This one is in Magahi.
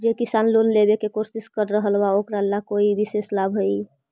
जे किसान लोन लेवे के कोशिश कर रहल बा ओकरा ला कोई विशेष लाभ हई?